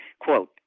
Quote